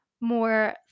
more